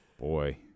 Boy